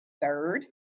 Third